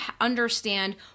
understand